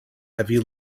heavy